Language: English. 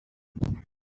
won